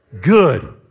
good